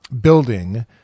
building